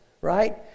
right